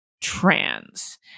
trans